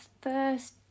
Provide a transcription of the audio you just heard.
first